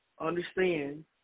understand